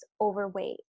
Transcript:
overweight